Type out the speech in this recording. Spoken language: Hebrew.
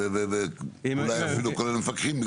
אולי אפילו כולל מפקחים.